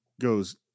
goes